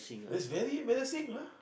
it's very embarrassing lah